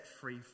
free